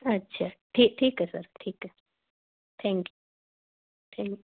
ਅੱਛਾ ਠੀਕ ਠੀਕ ਹੈ ਸਰ ਠੀਕ ਹੈ ਥੈਂਕ ਯੂ ਥੈਂਕ